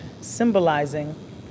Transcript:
symbolizing